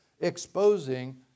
exposing